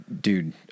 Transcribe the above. dude